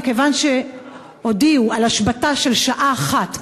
מכיוון שהודיעו על השבתה של הלימודים לשעה אחת,